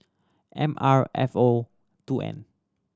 M R F O two N